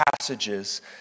passages